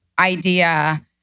idea